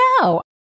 No